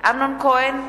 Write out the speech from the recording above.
אמנון כהן,